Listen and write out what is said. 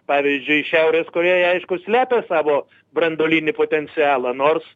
pavyzdžiui šiaurės korėja aišku slepia savo branduolinį potencialą nors